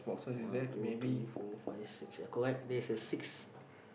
one two three four five six ya correct there's a sixth